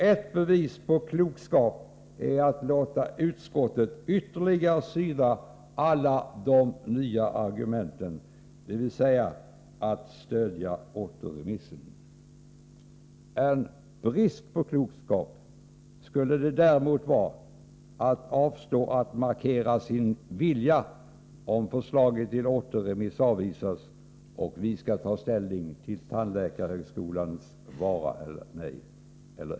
Ett bevis på klokskap är att låta utskottet ytterligare syna alla de nya argumenten, dvs. att stödja förslaget om återremiss. Brist på klokskap är det däremot att avstå från att markera sin vilja, vilket betyder att förslaget om återremiss avvisas och vi har att ta ställning till tandläkarhögskolans i Malmö vara eller icke vara.